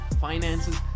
finances